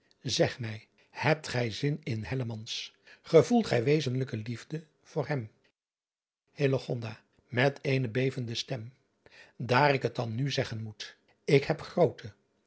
eg mij hebt gij zin in gevoelt gij wezenlijke liefde voor hem et eene bevende stem aar ik het dan nu zeggen moet k heb groote